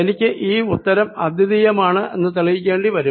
എനിക്ക് ഈ ഉത്തരം അദ്വിതീയമാണ് എന്ന് തെളിയിക്കേണ്ടി വരും